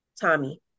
Tommy